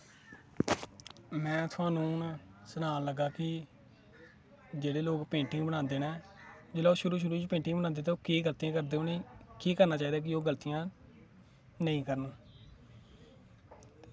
में तुआनू हून सनान लग्गा कि जेह्ड़े लोग पेंटिंग बनांदे न जेल्लै ओह् शुरू शुरू च पेंटिंग करदे केह् करदे उ'नें गी केह् करना चाहिदा कि ओह् गलतियां नेईं करन